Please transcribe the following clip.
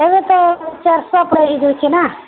ଏବେ ତ ଚାଷ କରି ଦେଉଛେ ନା